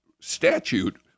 statute